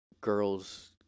girls